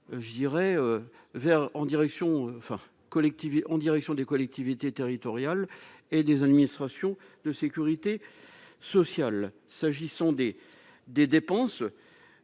collectivités en direction des collectivités territoriales et des administrations de Sécurité sociale, s'agissant des des dépenses